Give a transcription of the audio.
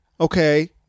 Okay